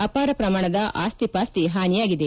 ಅಪಾರ ಪ್ರಮಾಣದ ಅಸ್ತಿಪಾಸ್ತಿ ಹಾನಿಯಾಗಿದೆ